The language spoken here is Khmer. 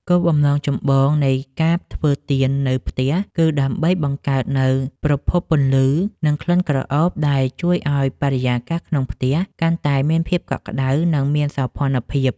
គោលបំណងចម្បងនៃការធ្វើទៀននៅផ្ទះគឺដើម្បីបង្កើតនូវប្រភពពន្លឺ និងក្លិនក្រអូបដែលជួយឱ្យបរិយាកាសក្នុងផ្ទះកាន់តែមានភាពកក់ក្ដៅ និងមានសោភ័ណភាព។